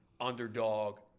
underdog